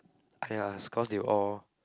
!aiya! it's cause they all